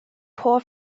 poor